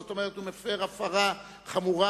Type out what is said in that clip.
זאת אומרת: הוא מפר הפרה חמורה,